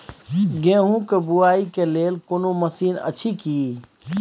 गेहूँ के बुआई के लेल कोनो मसीन अछि की?